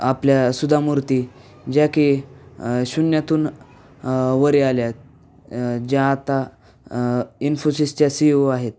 आपल्या सुधा मूर्ती ज्या की शून्यातून वर आल्यात ज्या आता इन्फोसिसच्या सी इ ओ आहेत